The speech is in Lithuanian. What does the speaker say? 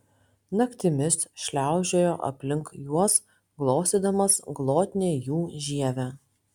naktimis šliaužiojo aplink juos glostydamas glotnią jų žievę